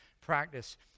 practice